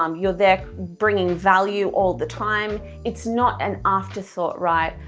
um you're there bringing value all the time it's not an afterthought right,